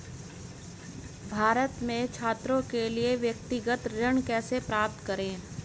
भारत में छात्रों के लिए व्यक्तिगत ऋण कैसे प्राप्त करें?